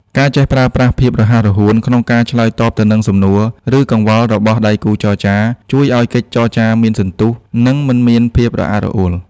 ការចេះប្រើប្រាស់ "ភាពរហ័សរហួន" ក្នុងការឆ្លើយតបទៅនឹងសំណួរ ឬកង្វល់របស់ដៃគូចរចា ជួយឱ្យកិច្ចចរចាមានសន្ទុះ និងមិនមានភាពរអាក់រអួល។